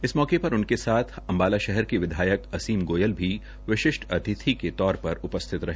इस मौके पर उनके साथ अम्बाला शहर के विधायक असीम गोयल भी विशिष्ट अतिथि के तौर पर उपस्थित रहे